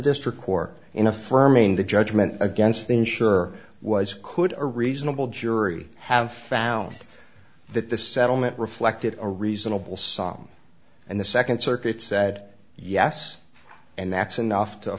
district court in affirming the judgment against the unsure was could a reasonable jury have found that this settlement reflected a reasonable song and the second circuit said yes and that's enough to